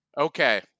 Okay